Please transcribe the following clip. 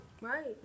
right